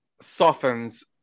softens